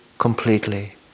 completely